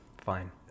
Fine